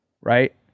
right